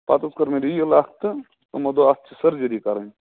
پَتہٕ حظ کٔر مےٚ ریٖل اَکھ تہٕ تِمو دوٚپ اَتھ چھِ سٔرجٔری کَرٕنۍ